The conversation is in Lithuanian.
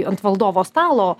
ant valdovo stalo